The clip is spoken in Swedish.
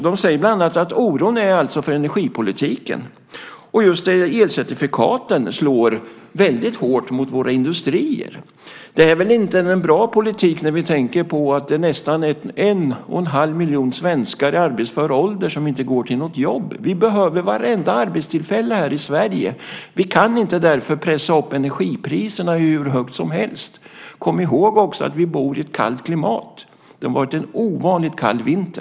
De säger bland annat att oron gäller energipolitiken. Just elcertifikaten slår väldigt hårt mot våra industrier. Det är väl inte en bra politik när vi tänker på att det nästan är en och en halv miljon svenskar i arbetsför ålder som inte går till något jobb. Vi behöver varenda arbetstillfälle här i Sverige. Vi kan därför inte pressa upp energipriserna hur högt som helst. Kom också ihåg att vi bor i ett kallt klimat! Det har varit en ovanligt kall vinter.